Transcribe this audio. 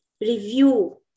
review